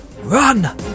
Run